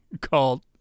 called